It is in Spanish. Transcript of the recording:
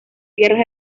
tierras